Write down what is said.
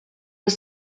was